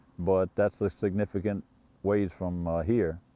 but that's a significant ways from, ah, here.